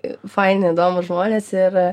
faini įdomūs žmonės ir